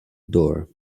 door